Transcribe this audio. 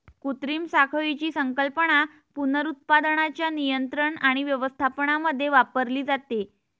कृत्रिम साखळीची संकल्पना पुनरुत्पादनाच्या नियंत्रण आणि व्यवस्थापनामध्ये वापरली जाते